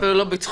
אפילו לא בצחוק.